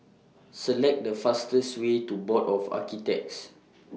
Select The fastest Way to Board of Architects